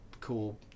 cool